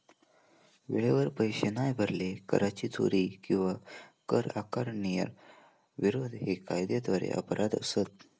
वेळेवर पैशे नाय भरले, कराची चोरी किंवा कर आकारणीक विरोध हे कायद्याद्वारे अपराध असत